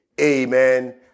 amen